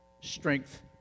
strength